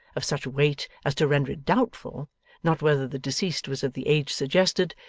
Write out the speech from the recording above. of such weight as to render it doubtful not whether the deceased was of the age suggested,